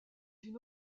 une